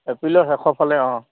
এপ্ৰিল শেষৰফালে অঁ